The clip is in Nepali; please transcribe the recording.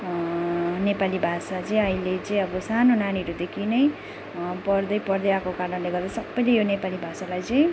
नेपाली भाषा चाहिँ अहिले चाहिँ अब सानो नानीहरूदेखि नै पढ्दै पढ्दै आएको कारणले गर्दा सबैले यो नेपाली भाषालाई चाहिँ